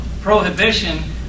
prohibition